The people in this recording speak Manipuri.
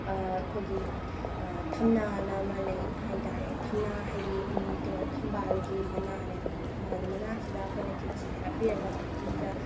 ꯑꯩꯈꯣꯏꯒꯤ ꯊꯝꯅꯥꯑꯅ ꯑꯃ ꯂꯩ ꯍꯥꯏꯇꯥꯔꯦ ꯊꯝꯅꯥ ꯍꯥꯏꯗꯤ ꯀꯩꯅꯣ ꯊꯝꯕꯥꯜꯒꯤ ꯃꯅꯥꯅꯦꯕꯀꯣ ꯊꯝꯕꯥꯜꯒꯤ ꯃꯅꯥꯁꯤꯗ ꯑꯩꯈꯣꯏꯅ ꯈꯦꯆꯤꯁꯦ ꯍꯥꯞꯄꯤꯔꯒ ꯎꯇꯤꯒ